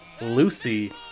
Lucy